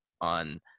on